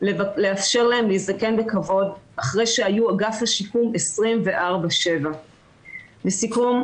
לאפשר להן להזדקן בכבוד אחרי שהיו אגף השיקום 24/7. לסיכום,